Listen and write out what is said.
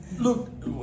Look